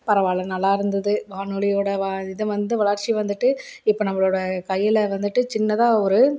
பரவா இல்லை நல்லா இருந்தது வானொலியோட இதை வந்து வளர்ச்சி வந்துவிட்டு இப்போ நம்பளோட கையில் வந்துவிட்டு சின்னதாக ஒரு